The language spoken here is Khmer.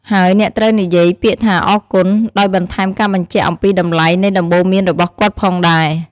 ហើយអ្នកត្រូវនិយាយពាក្យថា អរគុណ ដោយបន្ថែមការបញ្ជាក់អំពីតម្លៃនៃដំបូន្មានរបស់គាត់ផងដែរ។